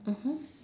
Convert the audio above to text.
mmhmm